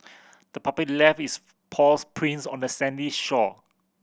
the puppy left its paws prints on the sandy shore